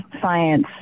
science